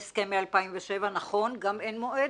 בהסכמי 2007, נכון, גם אין מועד.